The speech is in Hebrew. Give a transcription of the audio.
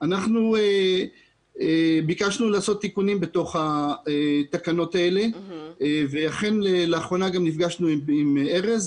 אנחנו ביקשנו לעשות תיקונים בתקנות האלה ואכן לאחרונה גם נפגשנו עם ארז,